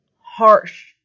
harsh